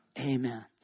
Amen